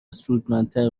سودمندتر